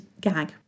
gag